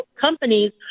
companies